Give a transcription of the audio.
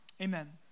Amen